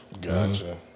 Gotcha